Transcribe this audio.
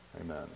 Amen